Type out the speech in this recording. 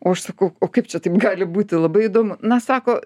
o aš sakau o kaip čia taip gali būti labai įdomu na sako